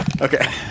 Okay